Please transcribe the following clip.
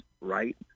right